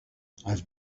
have